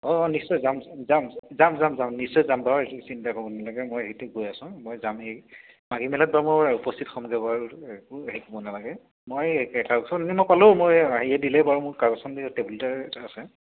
অঁ অঁ নিশ্চয় যাম যাম যাম যাম যাম নিশ্চয় যাম বাৰু এইখিনি চিন্তা কৰিব নালাগে মই সেইটো গৈ আছো মই যামেই মেলাত বাৰ মোৰ উপস্থিত হ'মগৈ বাৰু একো হেৰি কৰিব নালাগে মই এই ক'লোঁ মই হেৰিয়ে দিলে বাৰু মোৰ কাগজখন টেবুলটে এটা আছে